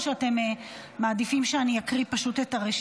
או שאתם מעדיפים שאני אקרא את הרשימה?